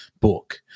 book